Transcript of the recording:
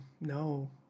no